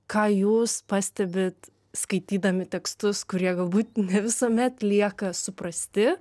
ką jūs pastebit skaitydami tekstus kurie galbūt ne visuomet lieka suprasti